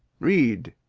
read.